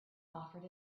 offered